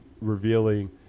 revealing